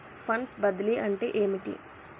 Funds బదిలీ అంటే ఏమిటి?